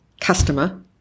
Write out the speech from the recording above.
customer